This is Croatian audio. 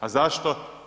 A zašto?